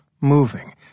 moving